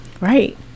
Right